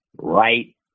right